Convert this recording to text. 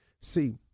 See